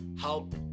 help